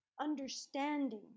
understanding